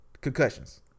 concussions